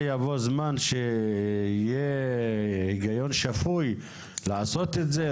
יבוא זמן שיהיה היגיון שפוי לעשות את זה,